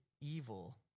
evil